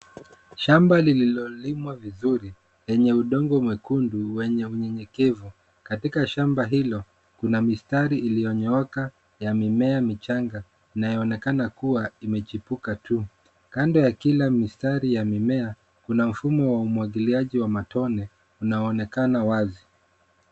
Shamba lililolimwa vizuri lenye udongo mwekundu wenye unyenyekevu. Katika shamba hilo kuna mistari iliyonyooka ya mimea michanga inayoonekana kuwa imechipuka tu. Kando ya kila mistari ya mimea kuna mfumo wa umwagiliaji wa matone unaoonekana wazi.